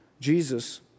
Jesus